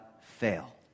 fail